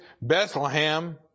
Bethlehem